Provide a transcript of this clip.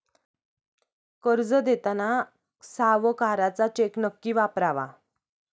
कर्ज देताना सावकाराचा चेक नक्की वापरावा